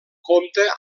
compta